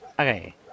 Okay